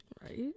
Right